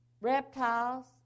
reptiles